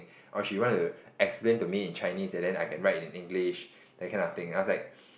or she want to explain to me in Chinese and then I can write in English that kind of thing I was like